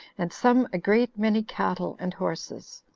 and some a great many cattle and horses.